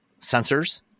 sensors